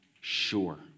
sure